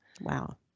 Wow